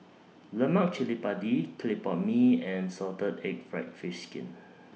Lemak Cili Padi Clay Pot Mee and Salted Egg Fried Fish Skin